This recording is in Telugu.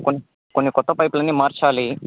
కొంచె కొంచెం కొత్త పైప్లన్నీ మార్చాలి